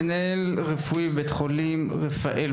מנהל רפואי בבית חולים רפאל,